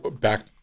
back